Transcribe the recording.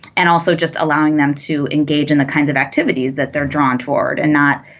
and also just allowing them to engage in the kinds of activities that they're drawn toward and not